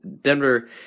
Denver